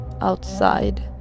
Outside